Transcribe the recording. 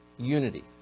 unity